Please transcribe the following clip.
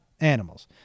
animals